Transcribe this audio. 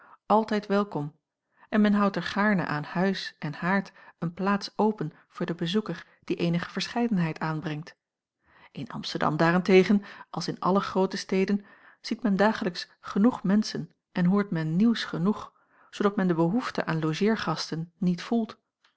altijd welkom en men houdt er gaarne aan huis en haard een plaats open voor den bezoeker die eenige verscheidenheid aanbrengt in amsterdam daar-en-tegen als in alle groote steden ziet men dagelijks genoeg menschen en hoort men nieuws genoeg zoodat men de behoefte aan logeergasten niet voelt